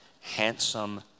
handsome